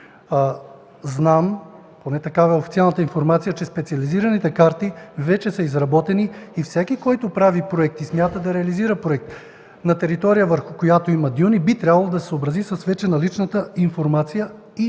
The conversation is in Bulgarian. Знам, поне такава е официалната информация, че специализираните карти вече са изработени и всеки, който прави проект и смята да го реализира на територия, върху която има дюни, би трябвало да се съобрази с вече наличната информация и